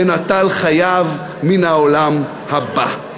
ונטל חייו מן העולם הבא".